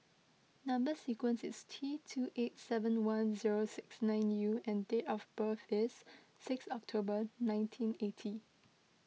Number Sequence is T two eight seven one zero six nine U and date of birth is six October nineteen eighty